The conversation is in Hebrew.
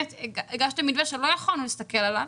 הגשתם מתווה שלא יכולנו להסתכל עליו,